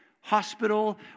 hospital